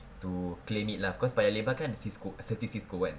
to claim it lah cause paya lebar kan ada Cisco Certis Cisco kan